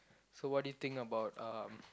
so what do you think about uh